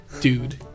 dude